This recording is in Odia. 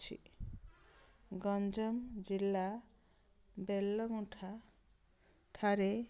ଅଛି ଗଞ୍ଜାମ ଜିଲ୍ଲା ବେଲଙ୍ଗୁଠାଠାରେ